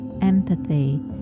empathy